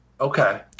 Okay